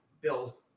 Bill